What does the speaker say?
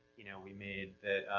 you know, we made that,